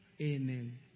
amen